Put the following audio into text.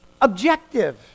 objective